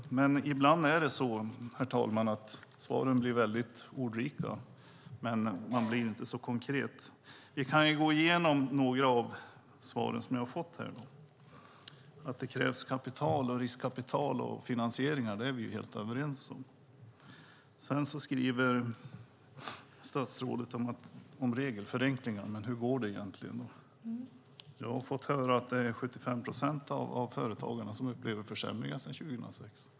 Men ibland blir svaren mycket ordrika men inte så konkreta. Jag kan gå igenom några av de svar som jag har fått. Att det krävs kapital, riskkapital och finansiering är vi helt överens om. Sedan skriver statsrådet om regelförenklingar. Men hur går det med dem egentligen? Jag har fått höra att 75 procent av företagarna upplever försämringar sedan 2006.